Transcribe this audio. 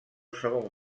segon